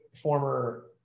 former